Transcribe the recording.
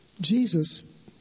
Jesus